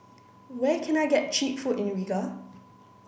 where can I get cheap food in Riga